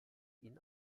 ihn